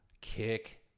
kick